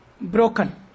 broken